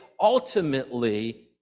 ultimately